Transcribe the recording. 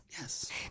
Yes